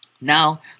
Now